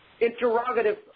Interrogative